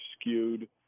skewed